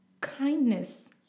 kindness